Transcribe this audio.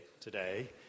today